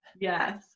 Yes